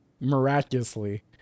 miraculously